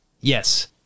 yes